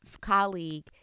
colleague